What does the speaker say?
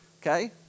okay